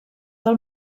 del